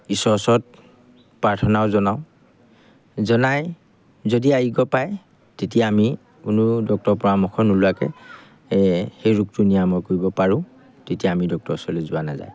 ঈশ্বৰৰ ওচৰত প্ৰাৰ্থনাও জনাওঁ জনাই যদি আৰোগ্য পায় তেতিয়া আমি কোনো ডক্টৰৰ পৰামৰ্শ নোলোৱাকৈ সেই ৰোগটো নিৰাময় কৰিব পাৰোঁ তেতিয়া আমি ডক্টৰৰ ওচৰলৈ যোৱা নাযায়